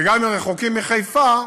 וגם אם רחוקים מחיפה,